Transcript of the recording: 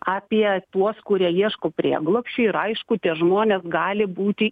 apie tuos kurie ieško prieglobsčio ir aišku tie žmonės gali būti